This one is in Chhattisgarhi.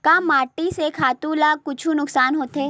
का माटी से खातु ला कुछु नुकसान होथे?